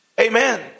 Amen